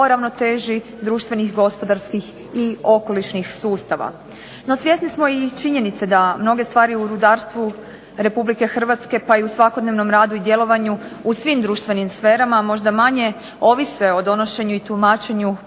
ravnoteži društvenih, gospodarskih i okolišnih sustava. No svjesni smo i činjenice da mnoge stvari u rudarstvu RH pa i u svakodnevnom radu i djelovanju u svim društvenim sferama, a možda manje ovise o donošenju i tumačenju